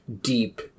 deep